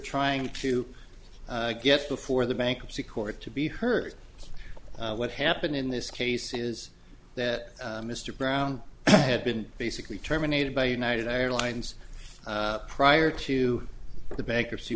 trying to get before the bankruptcy court to be heard what happened in this case is that mr brown had been basically terminated by united airlines prior to the bankruptcy